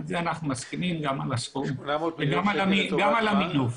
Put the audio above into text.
גם על הסכום וגם על המינוף.